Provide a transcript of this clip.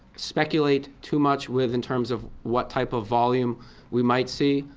speculate too much with in terms of what type of volume we might see.